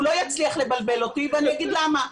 לא יצליח לבלבל אותי ואני אגיד למה,